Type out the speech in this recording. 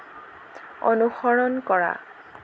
অনুসৰণ কৰা